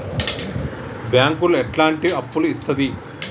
బ్యాంకులు ఎట్లాంటి అప్పులు ఇత్తది?